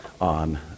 on